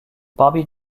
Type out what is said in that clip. bobby